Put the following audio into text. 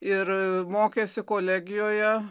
ir mokėsi kolegijoje